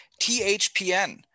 THPN